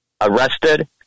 arrested